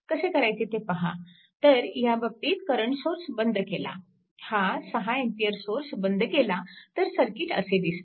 कसे करायचे ते पहा तर ह्या बाबतीत करंट सोर्स बंद केला हा 6A सोर्स बंद केला तर सर्किट असे दिसते